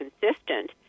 consistent